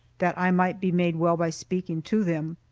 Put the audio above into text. that i might be made well by speaking to them.